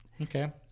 Okay